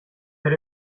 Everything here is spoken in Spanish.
ser